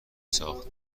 ساخت